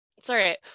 Sorry